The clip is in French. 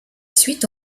suite